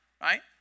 Right